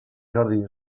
jordi